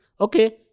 okay